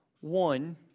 one